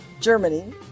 Germany